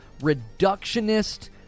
reductionist